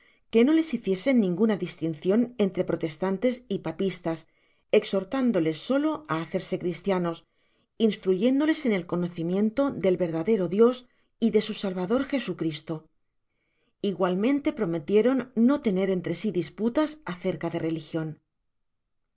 que no les hiciesen ninguna distincion entre protestantes y papistas exhortandole solo á hacerse cristianos instrayéndoles en el conocimiento del verdadero dios y de su salvador jesucristo igualmente prometieron no tener entre si disputas acerca de religion